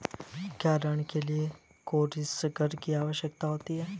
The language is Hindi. क्या ऋण के लिए कोसिग्नर की आवश्यकता होती है?